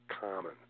common